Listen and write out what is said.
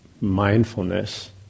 mindfulness